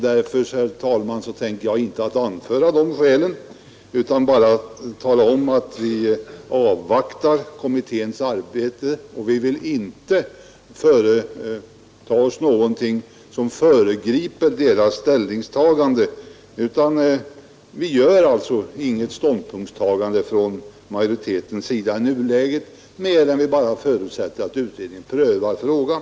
Därför, herr talman, tänker jag inte anföra de skälen. Vi vill avvakta realisationsvinst kommitténs arbete och vill inte företa oss någonting som föregriper dess — Nr 57 ställningstagande. Utskottsmajoriteten tar alltså ingen ståndpunkt i Torsdagen den nuläget utan förutsätter bara att kommittén prövar frågan.